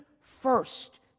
first